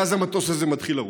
ואז המטוס הזה מתחיל לרוץ.